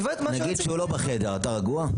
ליאור, נגיד שהוא לא בחדר, אתה רגוע?